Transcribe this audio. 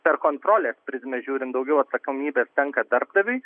per kontrolės prizmę žiūrint daugiau atsakomybės tenka darbdaviui